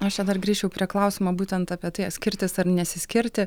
aš čia dar grįžčiau prie klausimo būtent apie tai ar skirtis ar nesiskirti